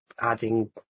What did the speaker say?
adding